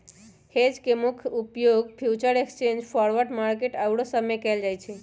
hedge के मुख्य उपयोग फ्यूचर एक्सचेंज, फॉरवर्ड मार्केट आउरो सब में कएल जाइ छइ